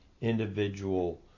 individual